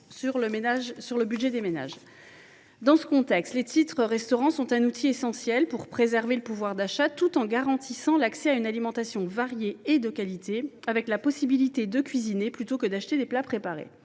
Dans ce contexte, les titres restaurant sont un outil essentiel pour préserver le pouvoir d’achat, tout en garantissant l’accès à une alimentation variée et de qualité, avec la possibilité de cuisiner plutôt que d’acheter des plats préparés.